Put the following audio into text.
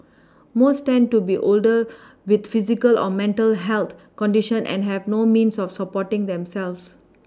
most tend to be older with physical or mental health conditions and have no means of supporting themselves